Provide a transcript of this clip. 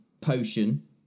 potion